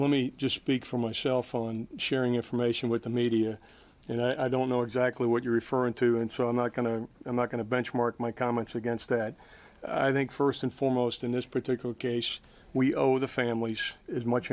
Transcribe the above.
let me just speak for myself on sharing information with the media and i don't know exactly what you're referring to and so i'm not going to i'm not going to benchmark my comments against that i think first and foremost in this particular case we owe the family yes as much